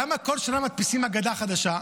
למה כל שנה מדפיסים הגדה חדשה?